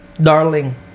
Darling